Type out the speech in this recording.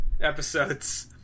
episodes